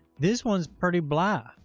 this one's pretty blah,